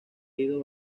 ido